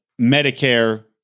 Medicare